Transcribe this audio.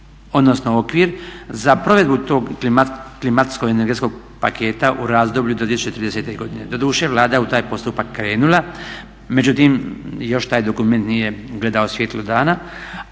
odnosno okvir za provedbu tog klimatsko-energetskog paketa u razdoblju do 2030. godine. Doduše Vlada je u taj postupak krenula, međutim još taj dokument nije ugledao svjetlo dana,